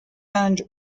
earned